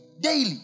daily